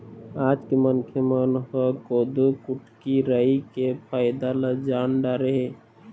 आज के मनखे मन ह कोदो, कुटकी, राई के फायदा ल जान डारे हे